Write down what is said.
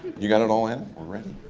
you got it all in, already?